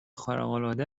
خارقالعاده